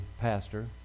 pastor